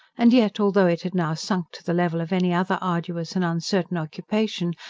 and yet, although it had now sunk to the level of any other arduous and uncertain occupation,